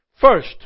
First